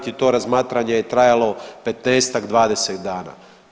To razmatranje je trajalo 15-20 dana.